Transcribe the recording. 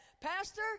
Pastor